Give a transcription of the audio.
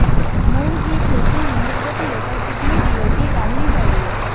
मूंग की खेती में प्रति एकड़ कितनी डी.ए.पी डालनी चाहिए?